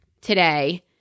today